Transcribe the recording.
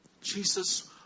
Jesus